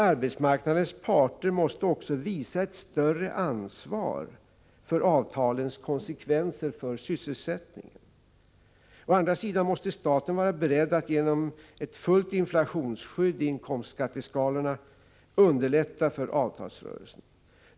Arbetsmarknadens parter måste också visa ett större ansvar för avtalens konsekvenser för sysselsättningen. Å andra sidan måste staten vara beredd att genom ett fullt inflationsskydd i inkomstskatteskalorna underlätta för avtalsrörelsen.